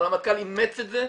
והרמטכ"ל אימץ את זה,